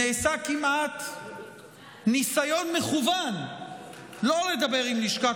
נעשה כמעט ניסיון מכוון שלא לדבר עם לשכת